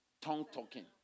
tongue-talking